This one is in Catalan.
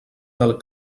del